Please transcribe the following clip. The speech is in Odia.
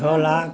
ଛଅ ଲାଖ୍